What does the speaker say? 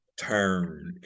turn